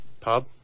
Pub